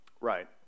Right